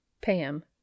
Pam